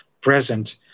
present